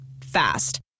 Fast